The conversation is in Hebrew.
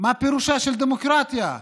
מה פירושה של דמוקרטיה?